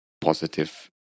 positive